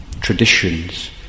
traditions